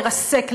לרסק,